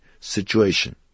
situation